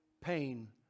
pain